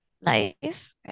life